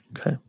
Okay